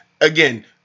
again